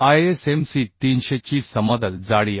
6mm ISMCचा plane thickness 300 आहे